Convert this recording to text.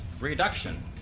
reduction